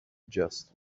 just